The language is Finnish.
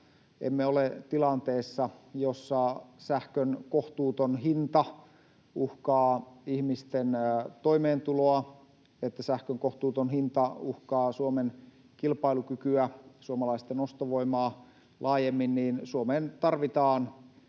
emme ole tilanteessa, jossa sähkön kohtuuton hinta uhkaa ihmisten toimeentuloa, että sähkön kohtuuton hinta uhkaa Suomen kilpailukykyä ja suomalaisten ostovoimaa laajemmin, Suomeen tarvitaan